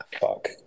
fuck